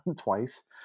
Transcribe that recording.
twice